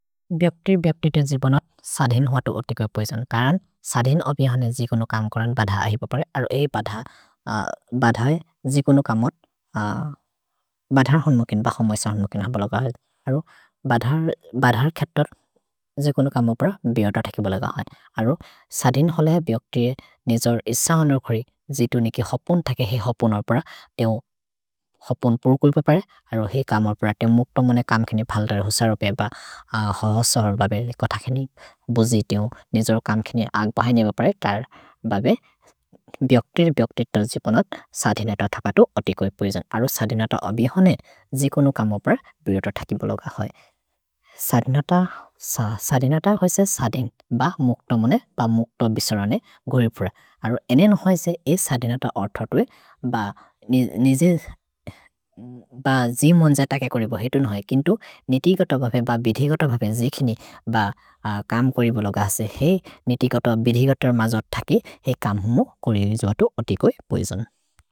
भिअक्तिर् बिअक्तिर् ते जिबोनत् सधिन् ह्वतु अति कुअ पैसन् करन् सधिन् अबिहने जिकुनु कम् करन् बधह् अहि प प्रए। अरो एइ बधह्, बधहे जिकुनु कमत् बधर् होन्मोकिन् ब होन्मै स होन्मोकिन बलग अहेद्। अरो बधर् खेतर् जिकुनु कमप्र बिअत थकि बलग अहेद्। अरो सधिन् हले बिअक्तिर् जे निजोर् इस होनो खोरि जितु निकि हपुन् थकि हेइ हपुनप्र। अरो हेइ कमप्र ते मोक्त मोने कम्खेनि फल्दरे हुसरोपे ब अहोसोर् बबे कथकेनि बोजितिओन् निजोर् कम्खेनि अग् बहेने ब प्रए। तर् बबे बिअक्तिर् बिअक्तिर् ते जिबोनत् सधिनत थपतु अति कुअ पैसन्। अरो सधिनत अबिहने जिकुनु कमप्र बिअत थकि बलग अहेद्। सधिनत, सधिनत होइसे सधिन् ब मोक्त मोने ब मोक्त बिसरने गोइ प्रए। अरो अनेन् होइसे ए सधिनत अथतु ए ब निजिर् ब जिमोन् जत के खोरिबोहेतुन् होइ। किन्तु नितिगत बबे ब बिदिगत बबे जिकिनि ब कम् खोरिबोलो गसे हेइ नितिगत बिदिगत मज थकि हेइ कम् मो खोरि जोत अति कोइ पैसन्।